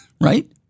Right